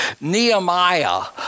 Nehemiah